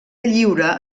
lliure